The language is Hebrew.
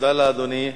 תודה לאדוני.